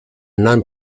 non